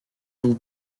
vous